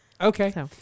Okay